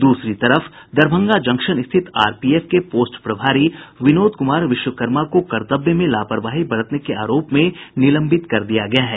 द्रसरी तरफ दरभंगा जंक्शन स्थित आरपीएफ के पोस्ट प्रभारी विनोद कुमार विश्वकर्मा को कर्तव्य में लापरवाही बरतने के आरोप में निलंबित कर दिया गया है